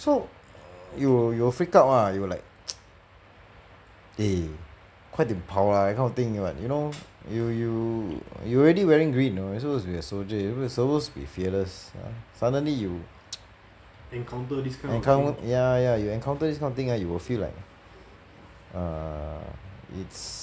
so you will you will freak out ah you will like eh 快点跑 lah that kind of thing like you know you you you already wearing green you know you suppose to be a soldier you suppose to be fearless ah suddenly you encount~ ya ya ya you encounter this kind of thing ah you will feel like err it's